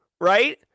right